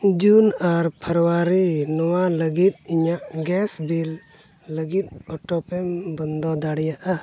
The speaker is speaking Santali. ᱡᱩᱱ ᱟᱨ ᱯᱷᱮᱵᱽᱨᱩᱣᱟᱨᱤ ᱱᱚᱣᱟ ᱞᱟᱹᱜᱤᱫ ᱤᱧᱟᱹᱜ ᱜᱮᱥ ᱵᱤᱞ ᱞᱟᱹᱜᱤᱫ ᱚᱴᱳ ᱯᱮᱢ ᱵᱚᱱᱫᱚ ᱫᱟᱲᱮᱭᱟᱜᱼᱟ